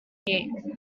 being